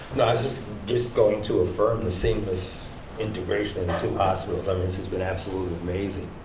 just just going to affirm the seamless integration of the two hospitals. i mean this has been absolutely amazing.